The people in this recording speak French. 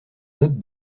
note